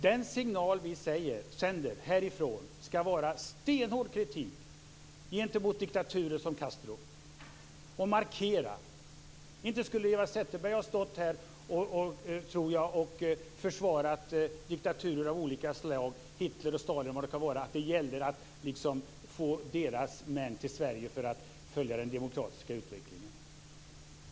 Den signal som vi sänder härifrån skall innebära stenhård kritik gentemot sådana diktaturer som Castros och vara en markering. Inte skulle Eva Zetterberg ha försvarat diktatorer av olika slag - t.ex. Hitler eller Stalin - om det gällt att få deras representanter till Sverige för att följa den demokratiska utvecklingen.